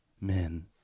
Men